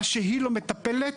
מה שהיא לא מטפלת,